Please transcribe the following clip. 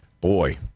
Boy